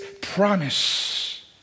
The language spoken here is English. promise